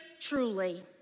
truly